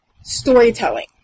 storytelling